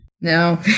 No